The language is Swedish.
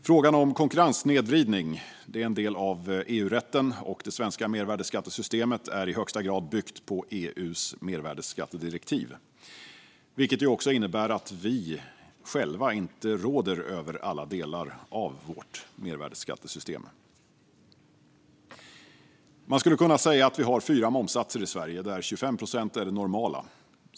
Frågan om konkurrenssnedvridning är en del av EU-rätten, och det svenska mervärdesskattesystemet är i hög grad byggt på EU:s mervärdesskattedirektiv. Det innebär också att vi inte själva råder över alla delar av vårt mervärdesskattesystem. Man skulle kunna säga att vi har fyra momssatser i Sverige, där 25 procent är det normala.